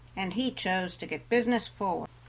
and he chose to get business forward.